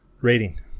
Rating